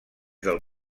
del